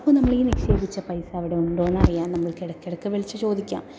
അപ്പോൾ നമ്മൾ ഈ നിക്ഷേപിച്ച പൈസ അവിടെ ഉണ്ടോ എന്നറിയാൻ